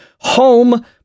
home